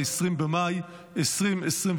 20 במאי 2024,